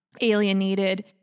alienated